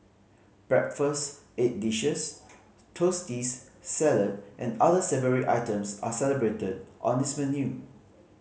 breakfast egg dishes toasty salad and other savoury items are celebrated on its menu